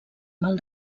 mal